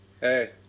Hey